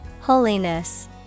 Holiness